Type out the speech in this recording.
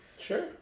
Sure